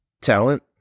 talent